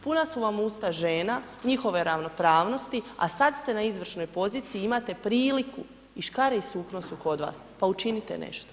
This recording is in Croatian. Puna su vam usta žena, njihove ravnopravnosti a sad ste na izvršnoj poziciji, imate priliku, i škare i sukno su kod vas, pa učinite nešto.